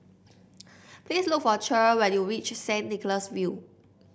please look for Cher when you reach Saint Nicholas View